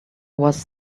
was